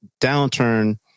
downturn